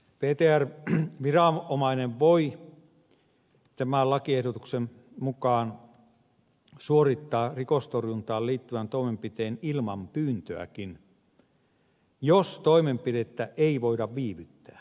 ptr viranomainen voi tämän lakiehdotuksen mukaan suorittaa rikostorjuntaan liittyvän toimenpiteen ilman pyyntöäkin jos toimenpidettä ei voida viivyttää